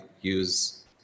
use